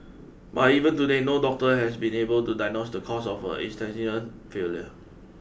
but even today no doctor has been able to diagnose the cause of her failure